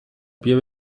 بیا